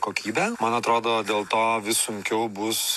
kokybę man atrodo dėl to vis sunkiau bus